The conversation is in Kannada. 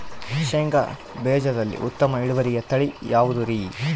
ಶೇಂಗಾ ಬೇಜದಲ್ಲಿ ಉತ್ತಮ ಇಳುವರಿಯ ತಳಿ ಯಾವುದುರಿ?